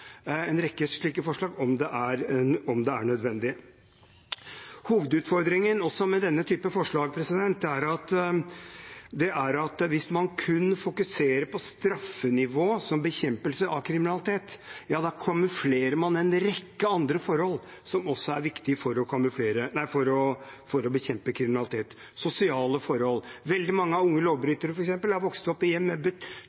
en rekke av i Stortinget – alle har blitt avvist. Hvis man kun fokuserer på straffenivå som bekjempelse av kriminalitet, er hovedutfordringen også med denne typen forslag at man kamuflerer en rekke andre forhold som også er viktige for å bekjempe kriminalitet, f.eks. sosiale forhold. Veldig mange unge